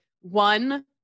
one